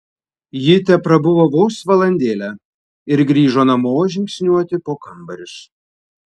ji teprabuvo vos valandėlę ir grįžo namo žingsniuoti po kambarius